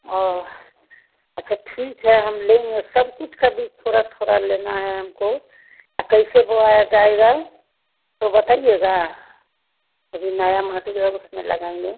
ओह अच्छा ठीक है हम लेंगे सब कुछ का बीज थोड़ा थोड़ा लेना है हमको कैसे बोया जाएगा तो बताइएगा अभी नया माटी है उसमें लगाएँगे